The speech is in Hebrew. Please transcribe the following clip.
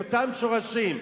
את אותם שורשים,